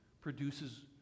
produces